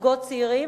זוגות צעירים,